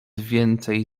więcej